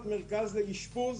דבר שני, שיבא אמור להיות מרכז לאשפוז